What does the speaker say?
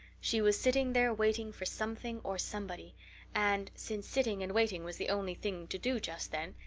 she was sitting there waiting for something or somebody and, since sitting and waiting was the only thing to do just then,